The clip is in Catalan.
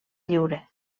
lliure